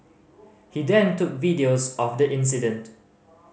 he then took videos of the incident